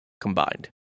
combined